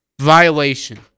Violation